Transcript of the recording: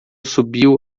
subiu